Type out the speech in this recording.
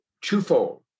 twofold